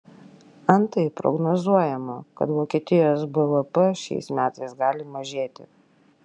antai prognozuojama kad vokietijos bvp šiais metais gali mažėti